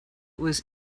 was